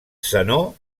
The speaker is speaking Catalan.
zenó